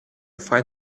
find